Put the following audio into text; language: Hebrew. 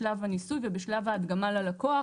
בשלב הניסוי ובשלב ההדגמה ללקוח.